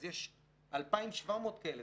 אז יש לנו 2,700 כאלה.